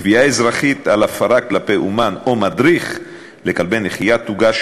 תביעה אזרחית על הפרה כלפי אומן או מדריך לכלב נחייה תוגש